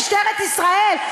משטרת ישראל,